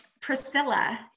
Priscilla